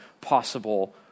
possible